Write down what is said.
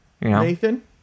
Nathan